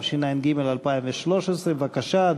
התשע"ג 2013. בבקשה,